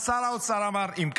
אז השר האוצר אמר, אם ככה,